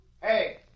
Hey